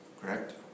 correct